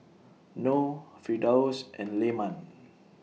Noh Firdaus and Leman